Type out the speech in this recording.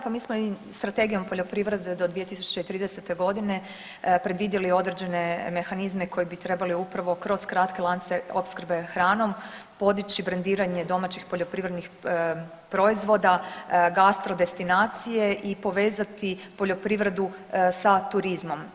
Pa mi smo i Strategijom poljoprivrede do 2030.g. predvidjeli određene mehanizme koji bi trebali upravo kroz kratke lance opskrbe hranom podići brendiranje domaćih poljoprivrednih proizvoda, gastrodestinacije i povezati poljoprivredu sa turizmom.